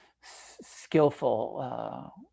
skillful